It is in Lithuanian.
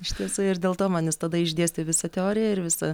iš tiesų ir dėl to man jis tada išdėstė visą teoriją ir visą